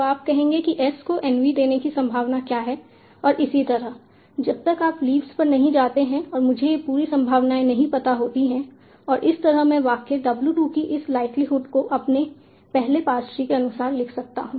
तो आप कहेंगे कि S को N V देने की संभावना क्या है और इसी तरह जब तक आप लीव्स पर नहीं जाते हैं और मुझे ये पूरी संभावनाएं नहीं पता होती हैं इसी तरह मैं वाक्य W 2 की इस लाइक्लीहुड को अपने पहले पार्स ट्री के अनुसार लिख सकता हूं